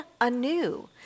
anew